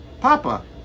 Papa